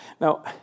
Now